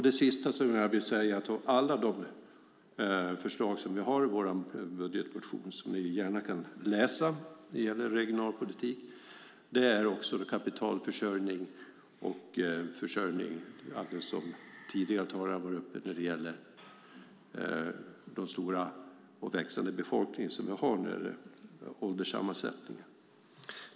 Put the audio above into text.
Det sista jag vill ta upp av alla de förslag som vi har i vår budgetmotion när det gäller regionalpolitik, som ni gärna kan läsa, är kapitalförsörjning och den försörjning som tidigare talare har varit inne på behövs på grund av ålderssammansättningen.